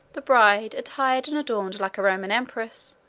the bride, attired and adorned like a roman empress,